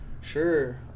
sure